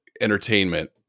entertainment